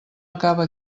acaba